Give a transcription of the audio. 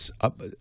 up